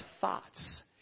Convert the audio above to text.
thoughts